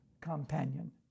Companion